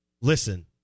listen